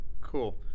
Cool